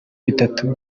bitatu